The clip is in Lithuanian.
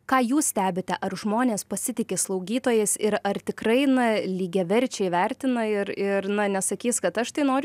ką jūs stebite ar žmonės pasitiki slaugytojais ir ar tikrai na lygiaverčiai vertina ir ir na nesakys kad aš tai noriu